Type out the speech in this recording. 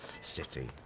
city